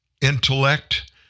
intellect